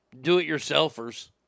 Do-it-yourselfers